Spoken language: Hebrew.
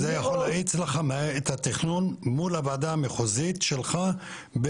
זה יכול להאיץ לך את התכנון מול הוועדה המחוזית שלך,